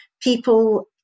People